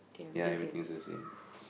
ya everything is the same